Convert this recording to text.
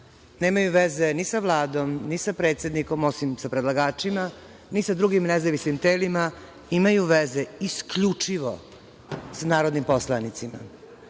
nemaju veze ni sa Vladom, ni sa predsednikom, osim sa predlagačima, ni sa drugim nezavisnim telima, imaju veze isključivo sa narodnim poslanicima. Ukoliko